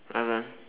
(uh huh)